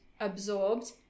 absorbed